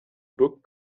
book